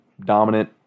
Dominant